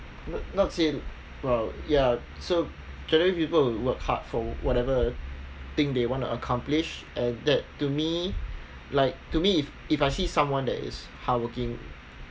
not not say well ya so generally people who work hard for whatever thing they want to accomplish and that to me like to me if if I see someone that is hardworking